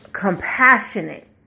compassionate